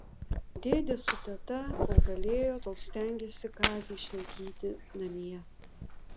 dėdė su teta kol galėjo tol stengėsi kazį išlaikyti namie